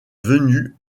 venue